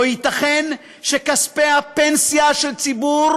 לא ייתכן שכספי הפנסיה של הציבור